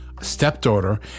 Stepdaughter